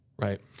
Right